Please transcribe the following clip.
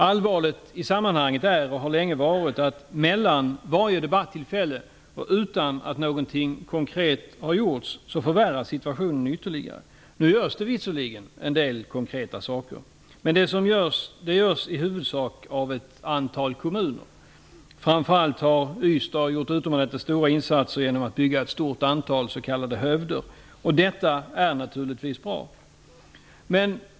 Allvarligt i sammanhanget är, och har länge varit, att mellan varje debattillfälle och utan att någonting konkret har gjorts förvärras situationen ytterligare. Nu görs det visserligen en del konkreta saker, men de görs i huvudsak av ett antal kommuner. Framför allt har Ystad gjort utomordentliga insatser genom att bygga ett stort antal s.k. hövder. Detta är naturligtivs bra.